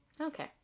Okay